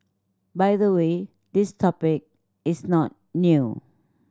by the way this topic is not new